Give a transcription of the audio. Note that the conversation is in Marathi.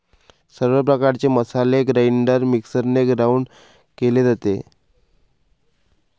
सर्व प्रकारचे मसाले ग्राइंडर मिक्सरने ग्राउंड केले जातात